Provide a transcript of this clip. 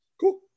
Cool